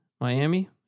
Miami